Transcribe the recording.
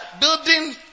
building